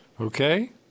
Okay